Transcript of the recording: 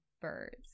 birds